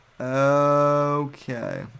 Okay